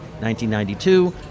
1992